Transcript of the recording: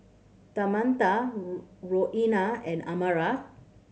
Tamatha Roena and Amara